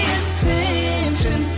attention